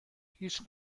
هیچ